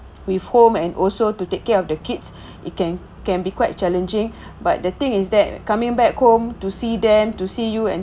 we've home and also to take care of the kids eating can be quite challenging but the thing is that coming back home to see them to see you and